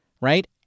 right